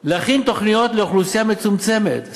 שיכינו תוכניות לאוכלוסייה מצומצמת.